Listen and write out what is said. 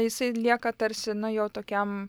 jisai lieka tarsi na jau tokiam